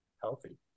healthy